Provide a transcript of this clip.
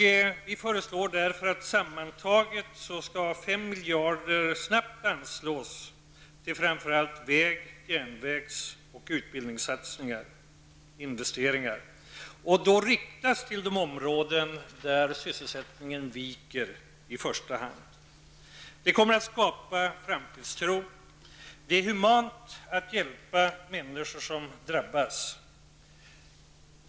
Vi föreslår därför att sammanlagt 5 miljarder snabbt skall anslås till framför allt väg-, järnvägsoch utbildningsinvesteringar, och i första hand riktas till de områden där sysselsättningen viker. Det kommer att skapa framtidstro. Det är humant att hjälpa människor som drabbas.